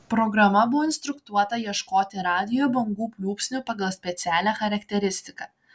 programa buvo instruktuota ieškoti radijo bangų pliūpsnių pagal specialią charakteristiką